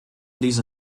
diese